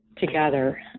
together